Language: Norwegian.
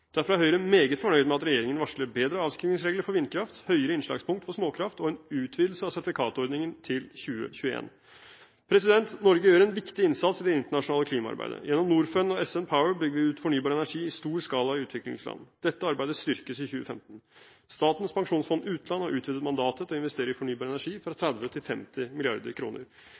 Derfor er Høyre meget fornøyd med at regjeringen varsler bedre avskrivningsregler for vindkraft, høyere innslagspunkt for småkraft og en utvidelse av sertifikatordningen til 2021. Norge gjør en viktig innsats i det internasjonale klimaarbeidet. Gjennom Norfund og SN Power bygger vi ut fornybar energi i stor skala i utviklingsland. Dette arbeidet styrkes i 2015. Statens pensjonsfond utland har utvidet mandatet til å investere i fornybar energi fra 30 mrd. kr til 50